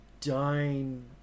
dine